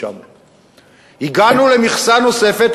900. הגענו למכסה נוספת,